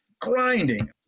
grinding